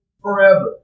forever